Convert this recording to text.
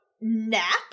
nap